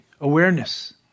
Awareness